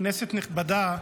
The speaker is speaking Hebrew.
כנסת נכבדה,